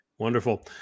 wonderful